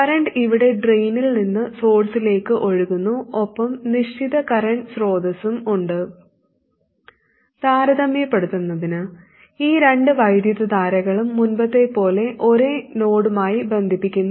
current ഇവിടെ ഡ്രെയിനിൽ നിന്ന് സോഴ്സിലേക്ക് ഒഴുകുന്നു ഒപ്പം നിശ്ചിത കറന്റ് സ്രോതസ്സും ഉണ്ട് താരതമ്യപ്പെടുത്തുന്നതിന് ഈ രണ്ട് വൈദ്യുതധാരകളും മുമ്പത്തെപ്പോലെ ഒരേ നോഡുമായി ബന്ധിപ്പിക്കുന്നു